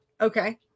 okay